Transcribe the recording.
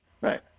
Right